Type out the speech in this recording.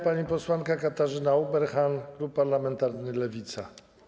Pani posłanka Katarzyna Ueberhan, klub parlamentarny Lewica.